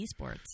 esports